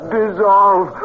dissolve